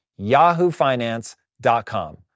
yahoofinance.com